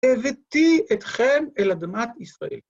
‫הבאתי אתכם אל אדמת ישראל.